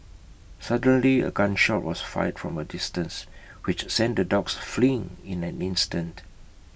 suddenly A gun shot was fired from A distance which sent the dogs fleeing in an instant